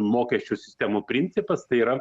mokesčių sistemų principas tai yra